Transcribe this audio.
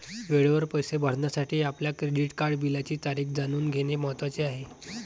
वेळेवर पैसे भरण्यासाठी आपल्या क्रेडिट कार्ड बिलाची तारीख जाणून घेणे महत्वाचे आहे